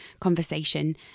conversation